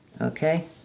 Okay